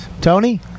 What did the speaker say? Tony